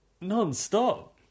non-stop